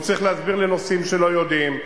והוא צריך להסביר לנוסעים שלא יודעים,